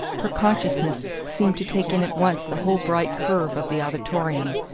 her consciousness seemed to take in at once the whole bright curve of the auditorium,